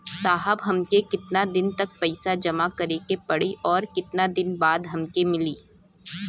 साहब हमके कितना दिन तक पैसा जमा करे के पड़ी और कितना दिन बाद हमके मिली?